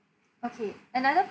okay another